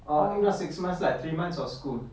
oh eh not six months lah three months of school